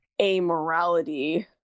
amorality